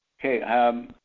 okay